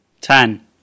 Ten